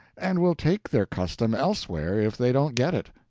and will take their custom elsewhere if they don't get it.